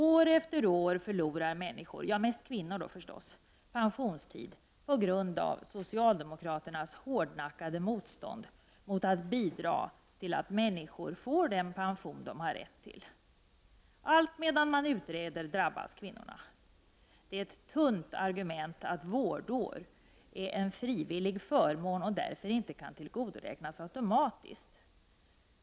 År efter år förlorar människor, mest kvinnor förstås, pensionstid på grund av socialdemokraternas hårdnackade motstånd mot att bidra till att människor får den pension de har rätt till. Allt medan man utreder drabbas kvinnorna. Det är ett tunt argument att vårdår är en frivillig förmån och därför inte kan tillgodoräknas automatiskt.